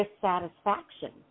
dissatisfaction